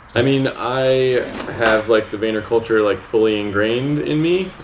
i mean, i have, like, the vayner culture like fully ingrained in me,